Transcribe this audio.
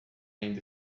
ainda